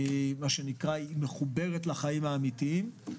היא מחוברת לחיים האמיתיים.